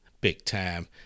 big-time